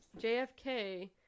jfk